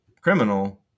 criminal